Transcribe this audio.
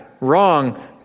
wrong